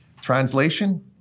Translation